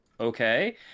okay